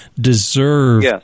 deserve